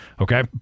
okay